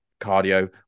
cardio